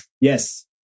yes